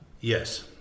Yes